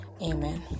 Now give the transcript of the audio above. Amen